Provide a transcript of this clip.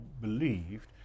believed